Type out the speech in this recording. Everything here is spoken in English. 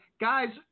guys